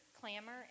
clamor